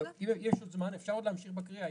אם יש עוד זמן אפשר עוד להמשיך בקריאה.